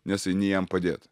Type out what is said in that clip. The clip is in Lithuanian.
nes eini jam padėt